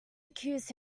accused